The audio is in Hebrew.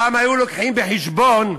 פעם היו לוקחים בחשבון,